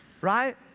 Right